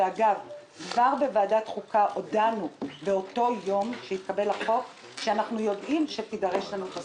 כבר בוועדת חוקה הודענו שאנחנו יודעים שתידרש לנו תוספת,